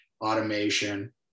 automation